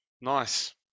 Nice